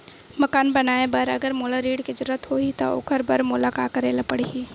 मकान बनाये बर अगर मोला ऋण के जरूरत होही त ओखर बर मोला का करे ल पड़हि?